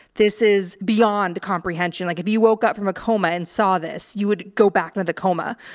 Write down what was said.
this is beyond comprehension. like if you woke up from a coma and saw this, you would go back into the coma.